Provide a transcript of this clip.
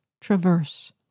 traverse